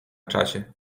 czasie